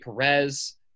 Perez